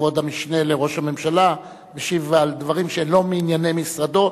כבוד המשנה לראש הממשלה משיב על דברים שהם לא מענייני משרדו,